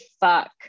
fuck